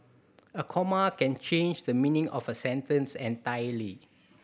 a comma can change the meaning of a sentence entirely